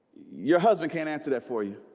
your husband can't answer that for you